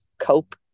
cope